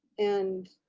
and